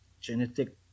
genetic